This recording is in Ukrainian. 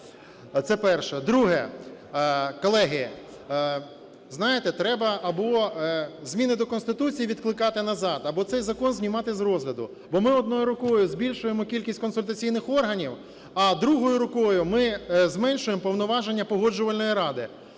Це перше. Друге. Колеги, знаєте, треба або зміни до Конституції відкликати назад, або цей закон знімати з розгляду. Бо ми одною рукою збільшуємо кількість консультаційних органів, а другою рукою ми зменшуємо повноваження Погоджувальної ради.